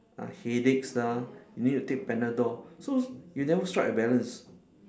ah headaches lah you need to take panadol so you never strike a balance